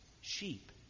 Sheep